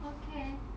okay